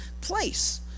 place